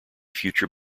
future